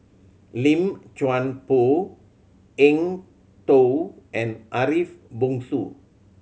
Lim Chuan Poh Eng Tow and Ariff Bongso